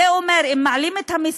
זה אומר שאם מעלים את המסים,